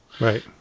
right